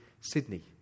Sydney